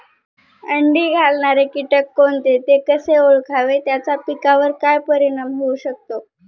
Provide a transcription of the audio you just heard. अंडी घालणारे किटक कोणते, ते कसे ओळखावे त्याचा पिकावर काय परिणाम होऊ शकतो?